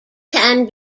can